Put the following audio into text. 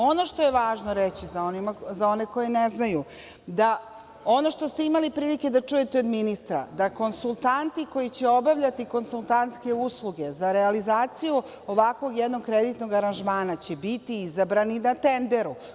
Ono što je važno reći za one koji ne znaju, ono što ste imali prilike da čujete od ministra, konsultanti koji će obavljati konsultantske usluge za realizaciju ovakvog jednog kreditnog aranžmana će biti izabrani na tenderu.